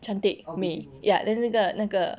cantik 美 ya then 那个那个